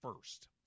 first